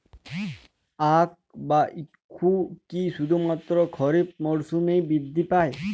আখ বা ইক্ষু কি শুধুমাত্র খারিফ মরসুমেই বৃদ্ধি পায়?